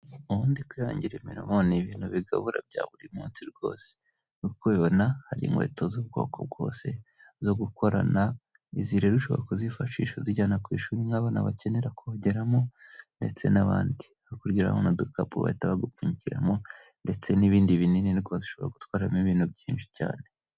Ubundi kwihangira imirimo ni ibintu bigabura bya buri munsi rwose, nkuko ubibona hari inkweto z'ubwoko bwose zo gukorana izi rero ushobora kuzifashisha uzijyana ku ishuri nk'abana bakenera kuzogeramo ndetse n'abandi, hakurya urahabona udukapu, bahita bagupfunyikiramo ndetse n'ibindi binini ushobora gutwaramo ibintu byinshi cyane.